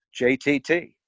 JTT